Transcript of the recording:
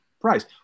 price